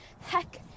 heck